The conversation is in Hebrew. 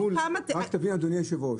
רק תבין, אדוני היושב-ראש.